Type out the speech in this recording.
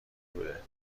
بوده